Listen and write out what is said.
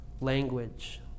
language